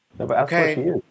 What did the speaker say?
Okay